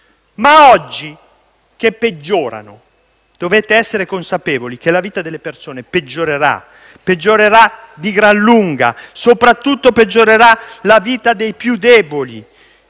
ma oggi che peggiorano dovete essere consapevoli che la vita delle persone peggiorerà di gran lunga e soprattutto peggiorerà la vita dei più deboli.